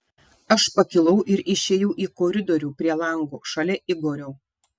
aš pakilau ir išėjau į koridorių prie lango šalia igorio